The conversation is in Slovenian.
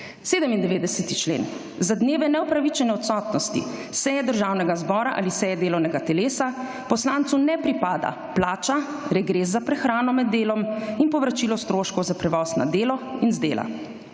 97. člen; za dneve neupravičene odsotnosti seje Državnega zbora ali seje delovnega telesa, poslancu ne pripada plača, regres za prehrano med delom in povračilo stroškov za prevoz na delo in z dela.